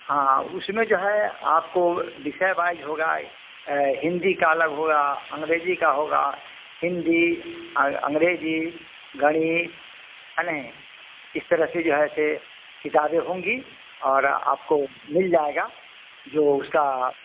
हाँ उसमें जो है आपको विषय वाइज होगा हिंदी का अलग होगा अंग्रेज़ी का होगा हिंदी अंग्रेज़ी गणित अने इस तरह से जो है सो किताबें होंगी और आपको मिल जाएगा जो उसका